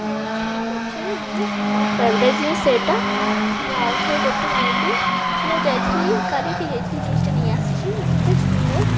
ପୁରା ଠିକ୍ ଅଛେ ଜିନ୍ସ ମୋର ଫେଭରାଇଟ୍ ଜିନ୍ସ ସେଇଟା ମୁଁ ଆଉ ଥରେ ଗୋଟେ ନେବି ମୁଁ ଯାଇଥିଲି କାଲିକ ଯାଇଥିଲି ଜିନ୍ସଟା ନେଇ ଆସିଛି ଏତେ ସୁନ୍ଦର